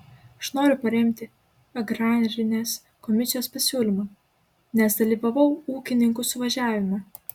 aš noriu paremti agrarinės komisijos pasiūlymą nes dalyvavau ūkininkų suvažiavime